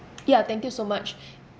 ya thank you so much